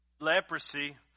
Leprosy